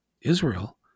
Israel